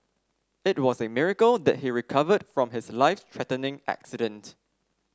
it was a miracle that he recovered from his life threatening accident